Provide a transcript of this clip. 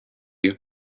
you